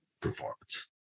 performance